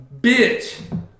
bitch